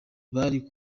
bari